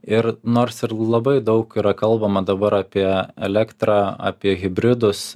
ir nors ir labai daug yra kalbama dabar apie elektrą apie hibridus